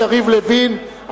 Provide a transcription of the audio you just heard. יריב לוין,